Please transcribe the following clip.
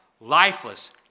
lifeless